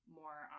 more